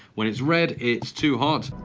when it's red it's too hot. it's